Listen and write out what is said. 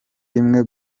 imwe